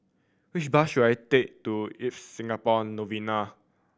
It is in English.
which bus should I take to Ibis Singapore Novena